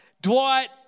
Dwight